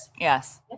Yes